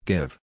Give